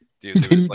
dude